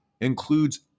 includes